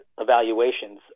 evaluations